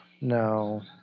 No